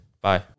Bye